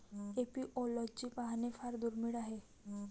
apiology पाहणे फार दुर्मिळ आहे